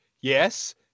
yes